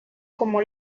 como